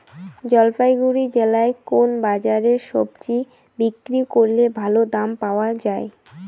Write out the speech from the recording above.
জলপাইগুড়ি জেলায় কোন বাজারে সবজি বিক্রি করলে ভালো দাম পাওয়া যায়?